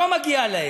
לא מגיע להם.